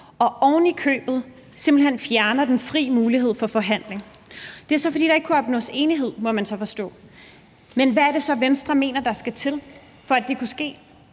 og ovenikøbet simpelt hen fjerner muligheden for fri forhandling. Det er så, fordi der ikke kunne opnås enighed, må man forstå. Men hvad er det så, Venstre mener der skal til, for at det kunne ske: